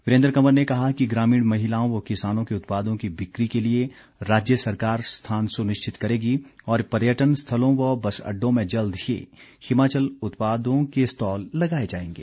वीरेन्द्र कंवर ने कहा कि ग्रामीण महिलाओं व किसानों के उत्पादों की बिक्री के लिए राज्य सरकार स्थान सुनिश्चित करेगी और पर्यटन स्थलों व बस अड्डों में जल्द ही हिमाचल उत्पादों के स्टॉल लगाए जाएंगे